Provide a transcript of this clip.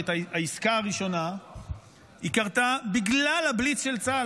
העסקה הראשונה קרתה בגלל הבליץ של צה"ל,